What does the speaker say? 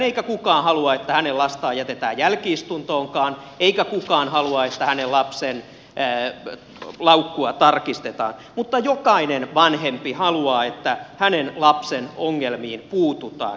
eikä kukaan halua että hänen lastaan jätetään jälki istuntoonkaan eikä kukaan halua että hänen lapsensa laukkua tarkistetaan mutta jokainen vanhempi haluaa että hänen lapsensa ongelmiin puututaan